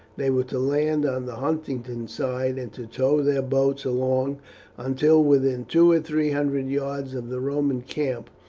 they were to land on the huntingdon side, and to tow their boats along until within two or three hundred yards of the roman camp,